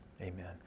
Amen